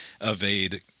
evade